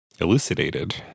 elucidated